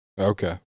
Okay